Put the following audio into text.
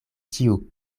ĉiu